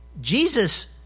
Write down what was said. Jesus